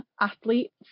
athletes